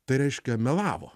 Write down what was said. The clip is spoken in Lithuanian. tai reiškia melavo